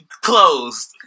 closed